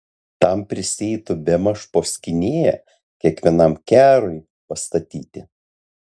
tam prisieitų bemaž po skynėją kiekvienam kerui pastatyti